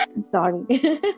Sorry